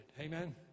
amen